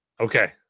Okay